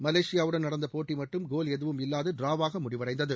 மலேசியாவுடன் நடந்த போட்டி மட்டும் கோல் இல்லாத டிராவாக முடிவடைந்தது